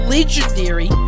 Legendary